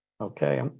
Okay